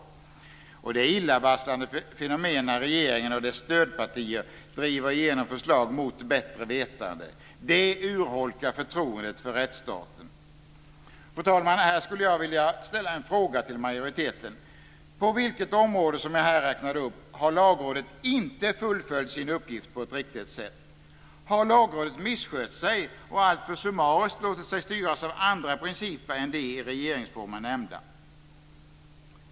Det är ett illavarslande fenomen när regeringen och dess stödpartier driver igenom förslag mot bättre vetande. Det urholkar förtroendet för rättsstaten. Fru talman! Här skulle jag vilja ställa ett par frågor till majoriteten. På vilket område som jag här räknade upp har Lagrådet inte fullföljt sin uppgift på ett riktigt sätt? Har Lagrådet misskött sig och alltför summariskt låtit sig styras av andra principer än de i regeringsformen nämnda?